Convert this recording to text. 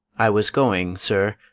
i was going, sir,